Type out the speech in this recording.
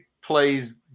plays